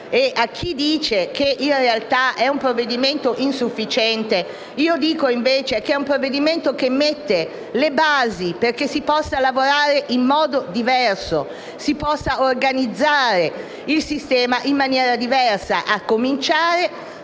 A chi dice che, in realtà, è un provvedimento insufficiente dico invece che è un provvedimento che mette le basi perché si possa lavorare in modo diverso e organizzare il sistema in maniera diversa, a cominciare